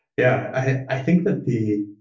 yeah. i think that the